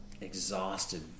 exhausted